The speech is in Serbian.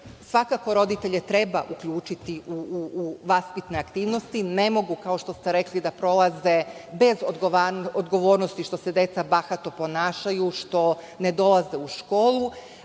roditelje treba uključiti u vaspitne aktivnosti. Ne mogu, kao što ste rekli, da prolaze bez odgovornosti što se deca bahato ponašaju, što ne dolaze u školu.